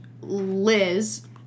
Liz